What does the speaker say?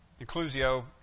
inclusio